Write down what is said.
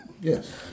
Yes